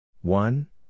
one